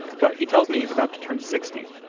but he tells me he's about to turn sixty.